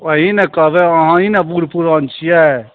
अहीँ ने कहबै अहीँ ने बूढ़ पुरान छिए